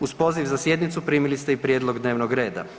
Uz poziv za sjednicu primili ste i prijedlog dnevnog reda.